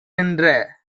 நின்ற